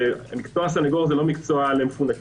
סנגור זה לא מקצוע למפונקים.